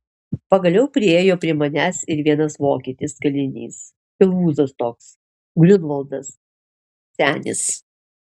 pagaliau priėjo prie manęs ir vienas vokietis kalinys pilvūzas toks griunvaldas senis